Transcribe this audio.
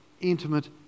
intimate